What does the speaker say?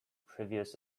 previous